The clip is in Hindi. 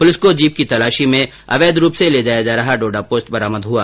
पुलिस को जीप की तलाशी में अवैध रूप से ले जाया जा रहा डोडापोस्त मिला